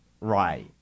right